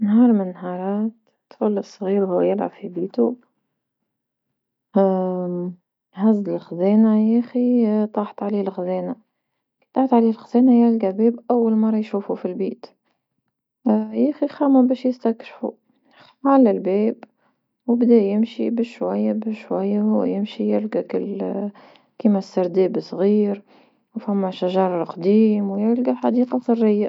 نهار من نهارات طفل الصغير وهو يلعب في بيتو هز الخزانة يا اخي طاحت عليه الخزانة، كي طاحت عليه الخزانة يلقا باب أول مرة يشوفو في البيت، ياخي خمم باش يستكشفو، حل على الباب وبدا يمشي بشوية بشوية وهو يمشي يلقا كل كما سرداب صغير وفما شجر القديم ويلقى حديقة سرية.